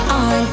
on